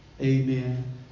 Amen